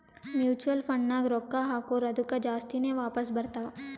mutual ಫಂಡ್ನಾಗ್ ರೊಕ್ಕಾ ಹಾಕುರ್ ಅದ್ದುಕ ಜಾಸ್ತಿನೇ ವಾಪಾಸ್ ಬರ್ತಾವ್